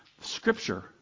Scripture